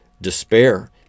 despair